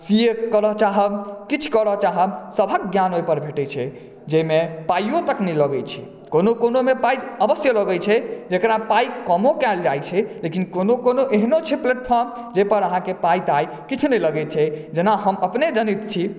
C A करय चाहब किछु करय चाहब सबहक ज्ञान ओहिपर भेटै छै जाहिमे पाइयो तक नहि लगै छै कोनो कोनो मे पाई अवश्य लगै छै जकरा पाई कमो कायल जाइ छै लेकिन कोनो कोनो एहनो छै प्लेटफार्म जाहि पर अहाँ के पाई ताई किछु नहि लगै छै जेना हम अपने जनैत छी